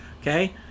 okay